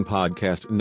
Podcast